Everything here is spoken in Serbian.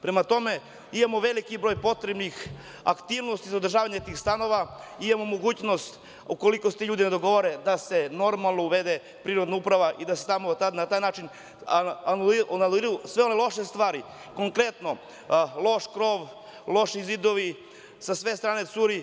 Prema tome, imamo veliki broj potrebnih aktivnosti za održavanje tih stanova, imamo mogućnost ukoliko se ti ljudi dogovore da se normalno uvede prinudna uprava i da se tamo na taj način anuliraju sve one loše stvari, konkretno, loš krov, loši zidovi, sa sve strane curi.